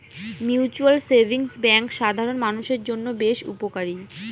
mutual savings bank সাধারন মানুষের জন্য বেশ উপকারী